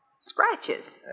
Scratches